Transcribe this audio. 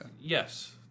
Yes